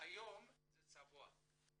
היום זה צבוע.